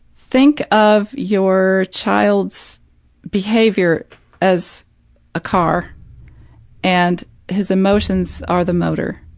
think of your child's behavior as a car and his emotions are the motor.